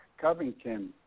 Covington